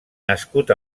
nascut